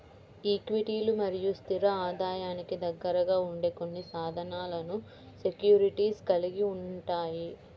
ఈక్విటీలు మరియు స్థిర ఆదాయానికి దగ్గరగా ఉండే కొన్ని సాధనాలను సెక్యూరిటీస్ కలిగి ఉంటాయి